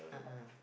a'ah